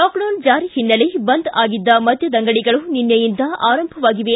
lockdown ಜಾರಿ ಹಿನ್ನೆಲೆ ಬಂದ್ ಆಗಿದ್ದ ಮದ್ದದಂಗಡಿಗಳು ನಿನ್ನೆಯಿಂದ ಆರಂಭವಾಗಿವೆ